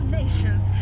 nations